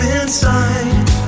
inside